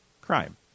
crime